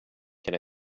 can